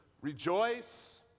rejoice